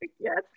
yes